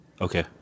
okay